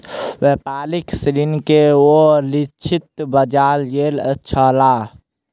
व्यापारिक ऋण के ओ लक्षित बाजार गेल छलाह